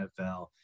NFL